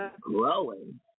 growing